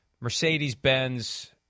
Mercedes-Benz